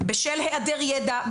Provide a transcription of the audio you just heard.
בשל היעדר ידע,